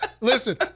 Listen